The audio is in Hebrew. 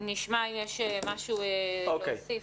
יש משהו להוסיף.